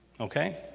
okay